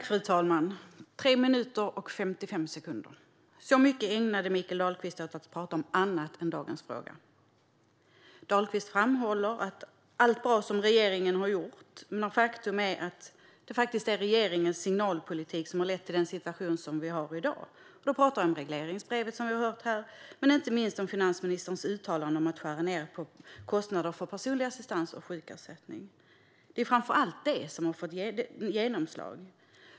Fru talman! 3 minuter och 55 sekunder - så mycket tid ägnade Mikael Dahlqvist åt att prata om annat än dagens fråga. Dahlqvist framhåller allt bra som regeringen har gjort, men faktum är att det är regeringens signalpolitik som har lett till den situation som vi har i dag. Då pratar jag om regleringsbrevet, som vi har hört om här, och inte minst om finansministerns uttalande om att skära ned på kostnader för personlig assistans och sjukersättning. Det är framför allt det som har fått genomslag.